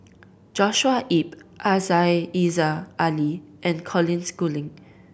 Joshua Ip Aziza Ali and Colin Schooling